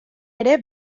ere